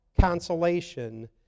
consolation